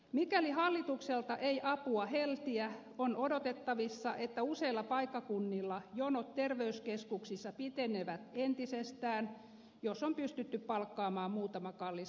mikäli hallitukselta ei apua heltiä on odotettavissa että useilla paikkakunnilla jonot terveyskeskuksissa pitenevät entisestään jos on pystytty palkkaamaan muutama kallis ostopalvelulääkäri